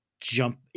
jump